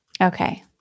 Okay